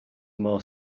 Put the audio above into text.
more